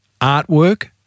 Artwork